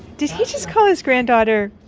did he just call his granddaughter,